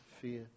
fear